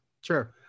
Sure